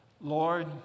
Lord